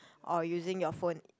or using your phone